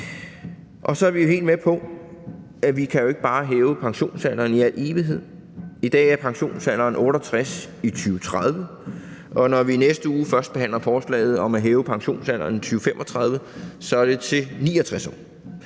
Så er vi jo helt med på, at vi ikke bare kan hæve pensionsalderen i al evighed. I dag er pensionsalderen 68 år i 2030, og når vi i næste uge førstebehandler forslaget om at hæve pensionsalderen i 2035, er det til 69 år.